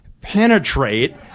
penetrate